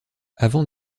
avant